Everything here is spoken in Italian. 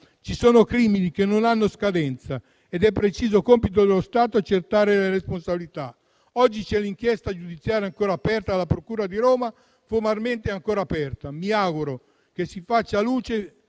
Ci sono crimini che non hanno scadenza ed è preciso compito dello Stato accertare le responsabilità. Oggi c'è un'inchiesta giudiziaria formalmente ancora aperta alla procura di Roma. Mi auguro che si faccia luce